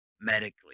medically